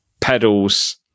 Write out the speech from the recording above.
pedals